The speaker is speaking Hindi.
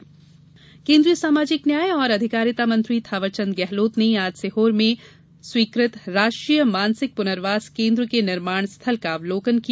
गहलोत केन्द्रीय सामाजिक न्याय और अधिकारिता मंत्री थावरचंद गेहलोत ने आज सीहोर में स्वीकृत राष्ट्रीय मानसिक पुनर्वास केन्द्र के निर्माण स्थल का अवलोकन किया